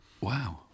Wow